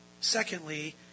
Secondly